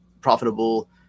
profitable